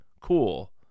Cool